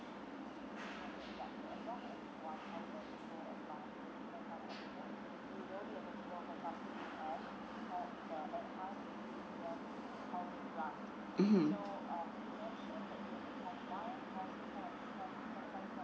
mmhmm